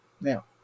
Now